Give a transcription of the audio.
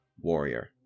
Warrior